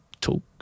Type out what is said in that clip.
talk